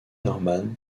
norman